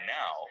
now